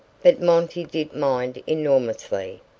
but monty did mind enormously.